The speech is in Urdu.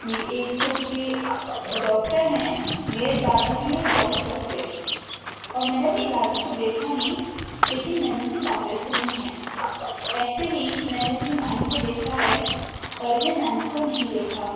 میری ایک پھوپھی ڈاکٹر ہیں میرے دادا بھی ایک ڈاکٹر تھے اور میں نے اپنی دادی کو دیکھا نہیں لیکن میں نے ان کی باتیں سنی ہیں ایسے ہی میں نے اپنی نانی کو دیکھا ہے اور اپنے نانا کو نہیں دیکھا